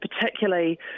particularly